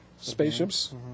spaceships